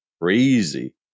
Crazy